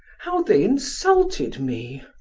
how they insulted me?